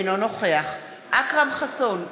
אינו נוכח אכרם חסון,